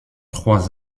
trois